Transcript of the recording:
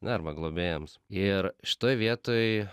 na arba globėjams ir šitoj vietoj